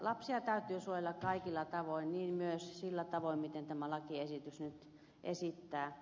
lapsia täytyy suojella kaikilla tavoin niin myös sillä tavoin kuin tämä lakiesitys nyt esittää